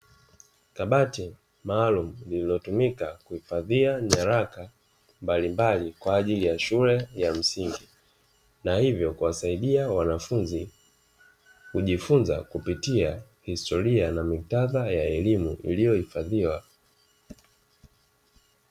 Kabati maalumu lililotumika kuhifadhia nyaraka mbalimbali kwa ajili ya shule ya msingi, na hivyo kuwasadia wanafunzi kujifunza kupitia historia na miktadha ya elimu iliyohifadhiwa.